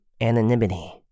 anonymity